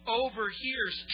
overhears